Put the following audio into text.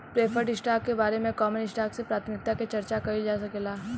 preferred stock के बारे में कॉमन स्टॉक से प्राथमिकता के चार्चा कईल जा सकेला